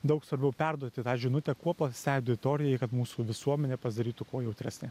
daug svarbiau perduoti tą žinutę kuo platesnei auditorijai kad mūsų visuomenė pasidarytų kuo jautresnė